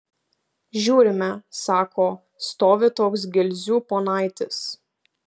žiūrime sako stovi toks gilzių ponaitis